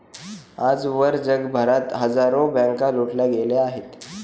आजवर जगभरात हजारो बँका लुटल्या गेल्या आहेत